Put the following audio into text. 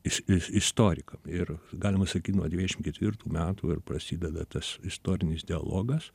iš istorikam ir galima sakyt nuo devyniasdešimt ketvirtų metų ir prasideda tas istorinis dialogas